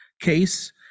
case